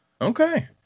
okay